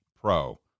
pro